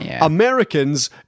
Americans